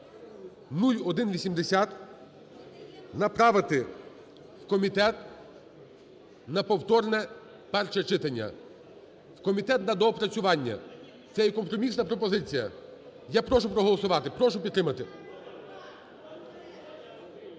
(0180) направити в комітет на повторне перше читання, в комітет на доопрацювання. Це є компромісна пропозиція. Я прошу проголосувати. Прошу підтримати.